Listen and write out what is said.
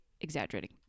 exaggerating